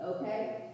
Okay